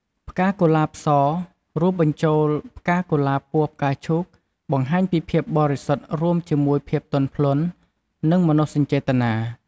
ផ្កាកុលាបស រួមបញ្ចូលផ្កាកុលាបពណ៌ផ្កាឈូក បង្ហាញពីភាពបរិសុទ្ធរួមជាមួយភាពទន់ភ្លន់ និងមនោសញ្ចេតនា។